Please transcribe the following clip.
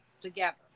together